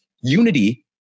unity